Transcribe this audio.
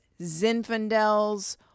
Zinfandels